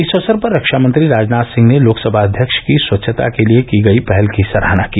इस अवसर पर रक्षा मंत्री राजनाथ सिंह ने लोकसभा अध्यक्ष की स्वच्छता के लिए की गई पहल की सराहना की